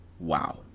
Wow